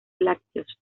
lácteos